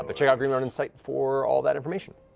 but check out green ronin's site for all that information!